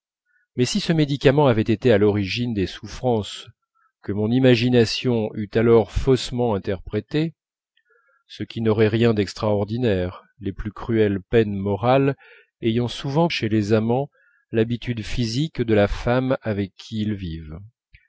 mais si ce médicament avait été à l'origine des souffrances que mon imagination eût alors faussement interprétées ce qui n'aurait rien d'extraordinaire les plus cruelles peines morales ayant souvent pour cause chez les amants l'habitude physique de la femme avec qui ils vivent